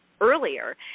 earlier